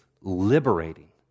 liberating